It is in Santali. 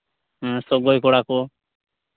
ᱥᱚᱜᱚᱭ ᱠᱚᱲᱟ ᱠᱚ